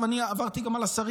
אני עברתי גם על השרים.